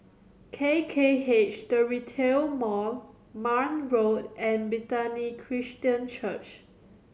K K H To Retail Mall Marne Road and Bethany Christian Church